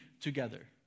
together